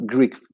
Greek